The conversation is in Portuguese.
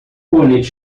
coletes